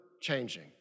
changing